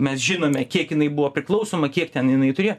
mes žinome kiek jinai buvo priklausoma kiek ten jinai turėjo